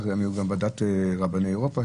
יחד אתה היו גם את ועדת רבני אירופה,